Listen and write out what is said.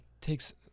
takes